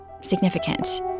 significant